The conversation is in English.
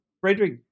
Frederick